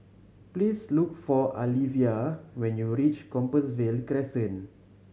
please look for Alivia when you reach Compassvale Crescent